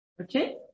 Okay